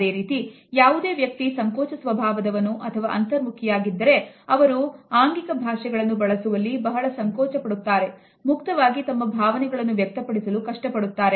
ಅದೇ ರೀತಿ ಯಾವುದೇ ವ್ಯಕ್ತಿ ಸಂಕೋಚ ಸ್ವಭಾವದವನು ಅಥವಾ ಅಂತರ್ಮುಖಿಯಾಗಿದ್ದ ಅವರು ಆಂಕಿಕ ಭಾಷೆಗಳನ್ನು ಬಳಸುವಲ್ಲಿ ಬಹಳ ಸಂಕೋಚ ಪಡುತ್ತಾರೆ ಮುಕ್ತವಾಗಿ ತಮ್ಮ ಭಾವನೆಗಳನ್ನು ವ್ಯಕ್ತಪಡಿಸಲು ಕಷ್ಟಪಡುತ್ತಾರೆ